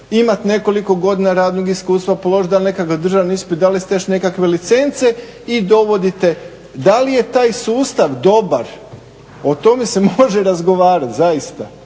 imat nekoliko godina radnog iskustva, položit da li nekakav državni ispit, da li ste još nekakve licence i dovodite da li je taj sustav dobar. O tome se može razgovarat zaista,